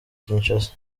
kinshasa